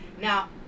Now